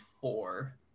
four